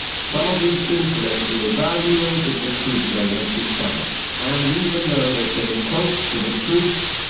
some of these incorrectly evaluated the truth they had discovered, and even though they came close to the truth,